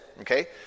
Okay